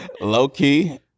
low-key